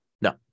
No